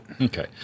Okay